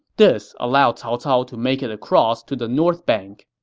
this allowed cao cao to make it across to the north bank